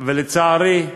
התלמידים, לצערי,